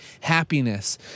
happiness